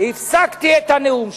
הפסקתי את הנאום שלו,